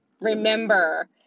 remember